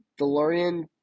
Delorean